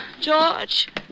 George